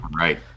Right